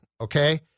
Okay